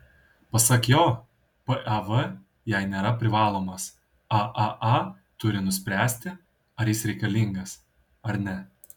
pasak jo pav jai nėra privalomas aaa turi nuspręsti ar jis reikalingas ar ne